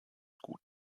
gut